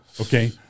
Okay